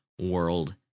World